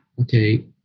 okay